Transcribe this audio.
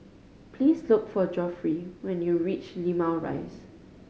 please look for Geoffrey when you reach Limau Rise